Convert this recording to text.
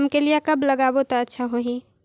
रमकेलिया कब लगाबो ता अच्छा होही?